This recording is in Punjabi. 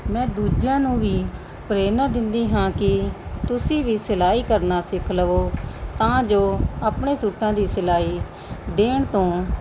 ਮੈਂ ਦੂਜਿਆਂ ਨੂੰ ਵੀ ਪ੍ਰੇਰਨਾ ਦਿੰਦੀ ਹਾਂ ਕਿ ਤੁਸੀਂ ਵੀ ਸਿਲਾਈ ਕਰਨਾ ਸਿੱਖ ਲਵੋ ਤਾਂ ਜੋ ਆਪਣੇ ਸੂਟਾਂ ਦੀ ਸਿਲਾਈ ਦੇਣ ਤੋਂ